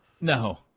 no